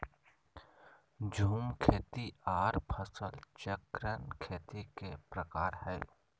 झूम खेती आर फसल चक्रण खेती के प्रकार हय